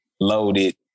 loaded